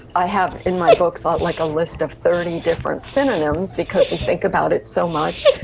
i have in my books, ah like a list of thirty different synonyms because we think about it so much.